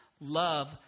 love